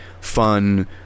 fun